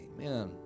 Amen